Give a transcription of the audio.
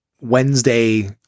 Wednesday